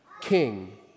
king